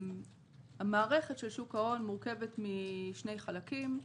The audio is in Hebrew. המערכת של שוק ההון מורכבת משני חלקים,